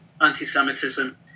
anti-Semitism